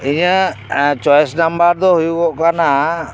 ᱤᱧᱟᱹᱜ choice number ᱫᱚ ᱦᱩᱭᱩᱜ ᱜᱚᱜ ᱠᱟ ᱱᱟ